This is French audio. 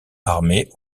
armée